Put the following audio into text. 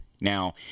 Now